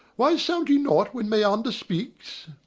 why sound ye not when meander speaks?